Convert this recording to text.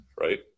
right